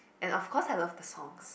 and of course I love the songs